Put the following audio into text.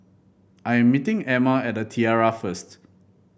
I am meeting Amma at The Tiara first